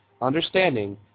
understanding